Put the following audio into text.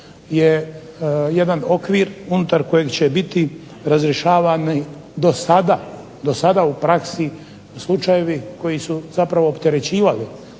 je jedan okvir unutar kojeg će biti razrješavani do sada u praksi slučajevi koji su opterećivali